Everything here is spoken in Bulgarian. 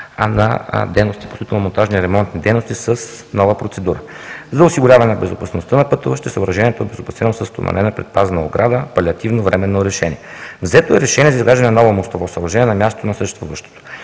а на строително-монтажни ремонтни дейности с нова процедура. За осигуряване на безопасността на пътуващите, съоръжението е обезопасено със стоманена предпазна ограда – палиативно временно решение. Взето е решение за изграждане на ново мостово съоръжение на мястото на съществуващото.